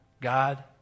God